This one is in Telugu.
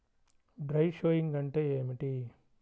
డ్రై షోయింగ్ అంటే ఏమిటి?